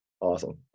Awesome